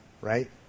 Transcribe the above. right